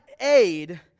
aid